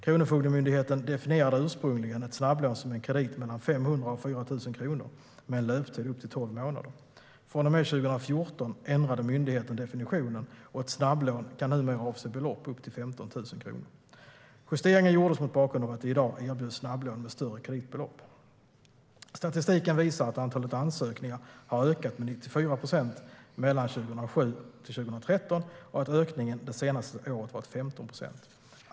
Kronofogdemyndigheten definierade ursprungligen ett snabblån som en kredit på mellan 500 och 4 000 kronor med en löptid på upp till tolv månader. Från och med 2014 ändrade myndigheten definitionen, och ett snabblån kan numera avse belopp på upp till 15 000 kronor. Justeringen gjordes mot bakgrund av att det i dag erbjuds snabblån med större kreditbelopp. Statistiken visar att antalet ansökningar har ökat med 94 procent mellan 2007 och 2013 och att ökningen det senaste året varit 15 procent.